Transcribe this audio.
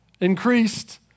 increased